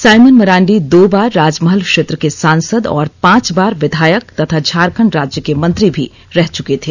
Simon Marandi दो बार राजमहल क्षेत्र के सांसद और पांच बार विधायक तथा झारखण्ड राज्य के मंत्री भी रह चुके थे